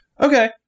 Okay